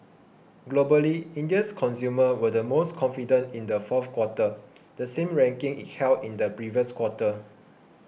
globally India's consumers were the most confident in the fourth quarter the same ranking it held in the previous quarter